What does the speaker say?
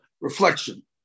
reflection